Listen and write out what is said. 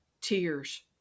tears